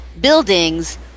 buildings